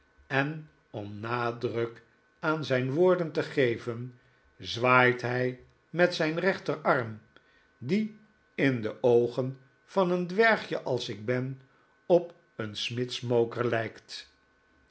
en om nadruk aan zijn woorden te geven zwaait hij met zijn rechterarm die in david copperfield de oogen van een dwergje als ik ben op een smidsmoker lijkt